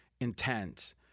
intense